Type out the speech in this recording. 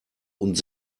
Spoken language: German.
und